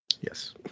Yes